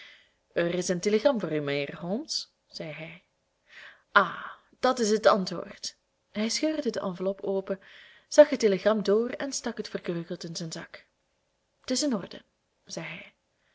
er is een telegram voor u mijnheer holmes zeide hij ha dat is het antwoord hij scheurde de enveloppe open zag het telegram door en stak het verkreukeld in zijn zak t is in orde zeide